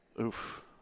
Oof